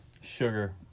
Sugar